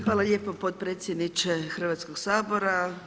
Hvala lijepo potpredsjedniče Hrvatskog sabora.